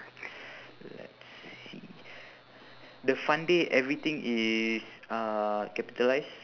let's see the fun day everything is uh capitalised